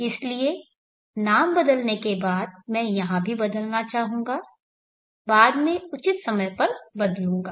इसलिए नाम बदलने के बाद मैं यहाँ भी बदलना चाहूँगा बाद में उचित समय पर बदलूंगा